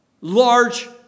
large